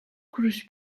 kuruş